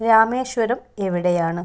രാമേശ്വരം എവിടെയാണ്